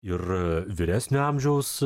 ir vyresnio amžiaus